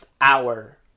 hour